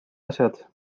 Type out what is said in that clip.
asjad